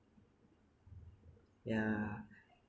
yeah